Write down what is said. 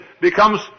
becomes